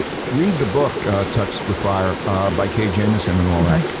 ah read the book touched with fire by kay jamison and all that.